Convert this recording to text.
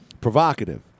provocative